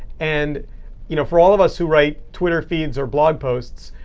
and you know for all of us who write twitter feeds or blog posts,